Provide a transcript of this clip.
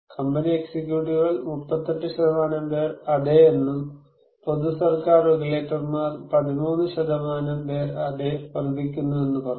company എക്സിക്യൂട്ടീവുകൾ 38 പേർ അതെ എന്നും പൊതു സർക്കാർ റെഗുലേറ്റർമാർ 13 പേർ അതെ വർദ്ധിക്കുന്നുവെന്ന് പറഞ്ഞു